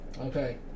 Okay